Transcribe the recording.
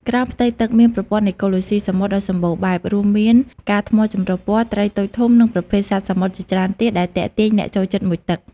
ក្រោមផ្ទៃទឹក មានប្រព័ន្ធអេកូឡូស៊ីសមុទ្រដ៏សម្បូរបែប រួមមាន ផ្កាថ្មចម្រុះពណ៌ ត្រីតូចធំ និងប្រភេទសត្វសមុទ្រជាច្រើនទៀត ដែលទាក់ទាញអ្នកចូលចិត្តមុជទឹក។